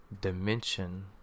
dimension